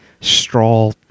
straw